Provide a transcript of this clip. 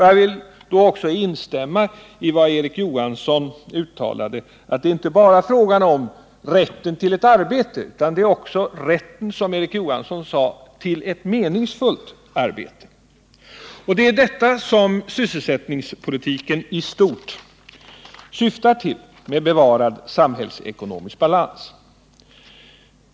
Jag vill då också instämma i vad Erik Johansson i Simrishamn uttalade, att det inte bara är fråga om rätten till ett arbete, utan att det också är rätten — som Erik Johansson sade — till ett meningsfullt arbete. Det är detta som sysselsättningspolitiken i stort syftar till med bevarad samhällsekonomisk balans.